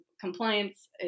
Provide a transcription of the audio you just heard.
compliance